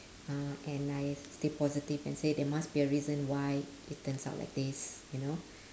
uh and I stay positive and say there must be a reason why it turns out like this you know